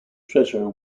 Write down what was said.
treasure